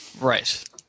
Right